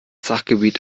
sachgebiet